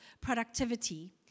productivity